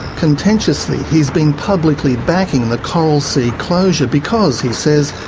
contentiously, he's been publicly backing the coral sea closure because, he says,